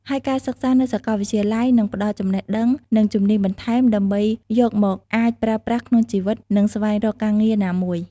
ហើយការសិក្សានៅសាកលវិទ្យាល័យនឹងផ្ដល់ចំណេះដឹង និងជំនាញបន្ថែមដើម្បីយកមកអាចប្រើប្រាស់ក្នុងជីវិត និងស្វែងរកការងារណាមួយ។